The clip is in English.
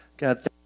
God